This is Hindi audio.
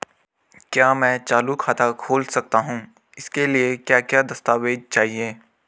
क्या मैं चालू खाता खोल सकता हूँ इसके लिए क्या क्या दस्तावेज़ चाहिए?